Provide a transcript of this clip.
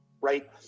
right